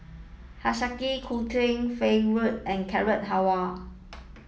Hiyashi Chuka Falafel and Carrot Halwa